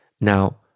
now